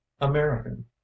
american